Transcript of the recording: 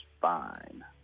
fine